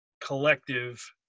collective